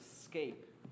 escape